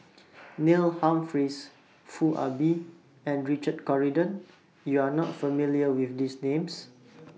Neil Humphreys Foo Ah Bee and Richard Corridon YOU Are not familiar with These Names